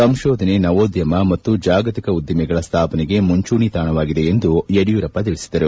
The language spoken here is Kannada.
ಸಂಶೋಧನೆ ನವೋದ್ಯಮ ಮತ್ತು ಜಾಗತಿಕ ಉದ್ದಿಮೆಗಳ ಸ್ಟಾಪನೆಗೆ ಮುಂಚೂಣಿ ತಾಣವಾಗಿದೆ ಎಂದು ಯಡಿಯೂರಪ್ಪ ತಿಳಿಸಿದರು